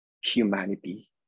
humanity